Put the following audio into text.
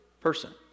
person